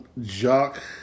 Jock